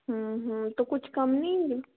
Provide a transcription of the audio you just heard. तो कुछ कम नहीं है